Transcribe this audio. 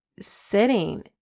sitting